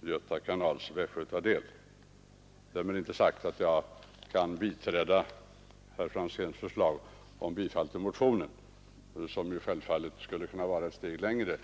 Göta kanals västgötadel. Därmed inte sagt att jag inte kan biträda och kommer att rösta för herr Franzéns förslag om bifall till motionen som ju självfallet vore att gå ett steg längre.